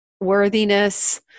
worthiness